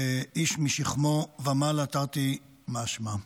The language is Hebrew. איש משכמו ומעלה, תרתי משמע.